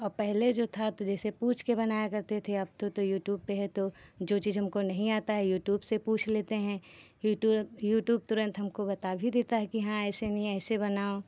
और पहले जो था तो जैसे पूछकर बनाया करते थे अब तो यूट्यूब पर है तो जो चीज़ हमको नहीं आती है यूट्यूब से पूछ लेते हैं यूट्यूब यूट्यूब तुरन्त हमको बता भी देता है कि हाँ ऐसे नहीं ऐसे बनाओ